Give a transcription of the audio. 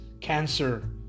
cancer